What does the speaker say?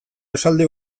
esaldi